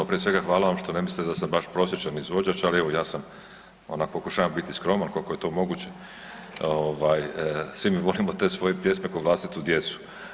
Prije svega hvala vam što ne mislite da sam baš prosječan izvođač, ali evo ja sam onako pokušavam biti skroman koliko je to moguće, svi mi volimo te svoje pjesme ko vlastitu djecu.